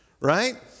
right